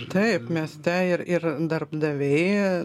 taip mieste ir ir darbdaviai